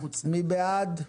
מי בעד?